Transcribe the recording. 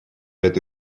эту